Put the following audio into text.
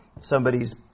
somebody's